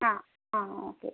ആ ആ ഓക്കെ